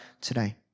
today